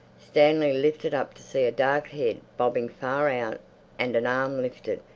stanley lifted up to see a dark head bobbing far out and an arm lifted.